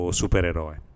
supereroe